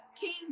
King